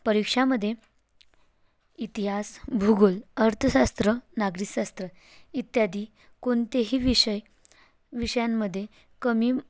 परीक्षामध्ये इतिहास भूगोल अर्थशास्त्र नागरिकशास्त्र इत्यादी कोणतेही विषय विषयांमध्ये कमी